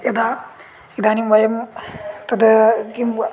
यदा इदानीं वयं तद् किम्